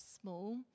small